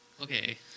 okay